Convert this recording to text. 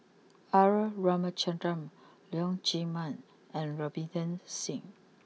R Ramachandran Leong Chee Mun and Ravinder Singh